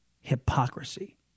hypocrisy